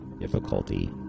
Difficulty